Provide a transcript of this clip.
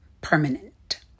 permanent